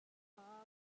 kha